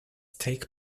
take